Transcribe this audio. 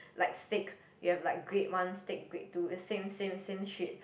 like steak you have like grade one steak grade two the same same same shit